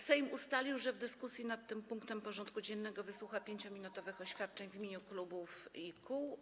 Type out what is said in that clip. Sejm ustalił, że w dyskusji nad tym punktem porządku dziennego wysłucha 5-minutowych oświadczeń w imieniu klubów i kół.